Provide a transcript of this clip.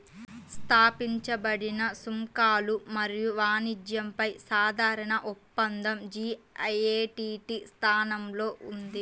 స్థాపించబడిన సుంకాలు మరియు వాణిజ్యంపై సాధారణ ఒప్పందం జి.ఎ.టి.టి స్థానంలో ఉంది